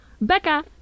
becca